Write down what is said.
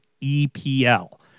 e-p-l